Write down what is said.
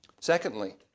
Secondly